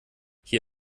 hier